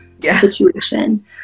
situation